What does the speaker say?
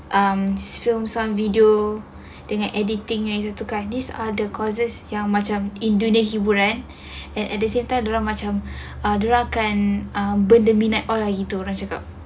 mm film some video dengan editing yang itu kan these are the courses yang macam indirect hiburan and at the same time dia orang macam ah burn the midnight oil lah gitu dia orang cakap